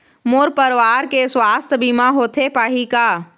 मोर परवार के सुवास्थ बीमा होथे पाही का?